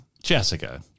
Jessica